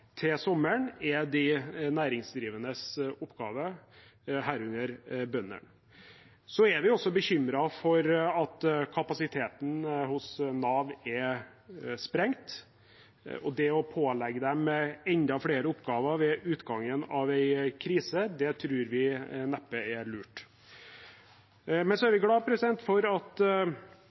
til sommeren har de næringsdrivende, herunder bøndene. Vi er også bekymret for at kapasiteten hos Nav er sprengt, og det å pålegge dem enda flere oppgaver ved utgangen av en krise tror vi neppe er lurt. Så er vi glad for at